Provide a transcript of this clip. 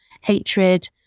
hatred